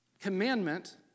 Commandment